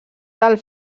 del